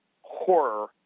horror